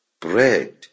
bread